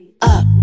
up